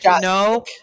no